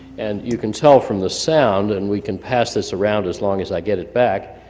and you can tell from the sound, and we can pass this around as long as i get it back.